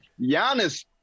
Giannis